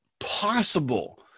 possible